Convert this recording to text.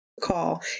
call